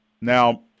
Now